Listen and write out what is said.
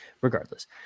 regardless